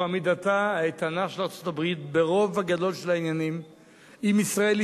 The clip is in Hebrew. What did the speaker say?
זו עמידתה האיתנה של ארצות-הברית ברוב הגדול של העניינים עם ישראל,